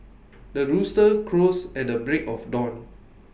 the rooster crows at the break of dawn